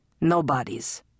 nobody's